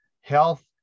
health